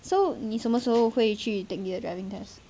so 你什么时候会去 take 你的 driving test